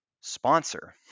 sponsor